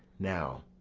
now